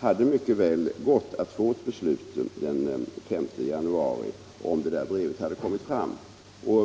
så att det mycket väl hade gått att fatta ett beslut den 5 januari, om det där brevet hade kommit fram då.